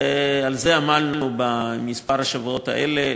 על זה עמלנו בשבועות האלה,